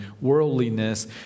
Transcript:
worldliness